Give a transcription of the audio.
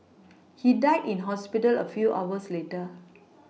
he died in hospital a few hours later